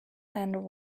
and